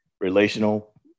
relational